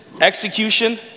execution